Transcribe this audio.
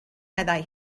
meddai